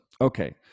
Okay